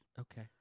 Okay